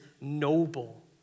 noble